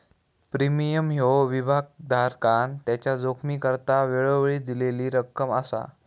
premium ह्यो विमाधारकान त्याच्या जोखमीकरता वेळोवेळी दिलेली रक्कम असा